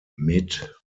mit